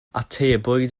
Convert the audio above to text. atebwyd